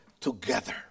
together